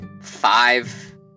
five